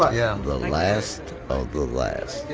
lot. yeah the last of the last.